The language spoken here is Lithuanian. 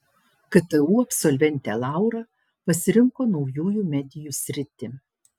ktu absolventė laura pasirinko naujųjų medijų sritį